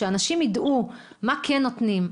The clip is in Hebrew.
שאנשים יידעו מה כן נותנים,